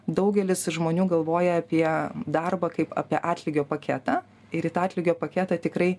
daugelis žmonių galvoja apie darbą kaip apie atlygio paketą ir į tą atlygio paketą tikrai